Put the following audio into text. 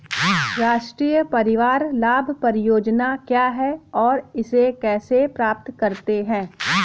राष्ट्रीय परिवार लाभ परियोजना क्या है और इसे कैसे प्राप्त करते हैं?